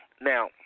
Now